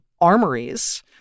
armories